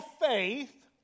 faith